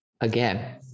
again